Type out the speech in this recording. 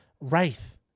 Wraith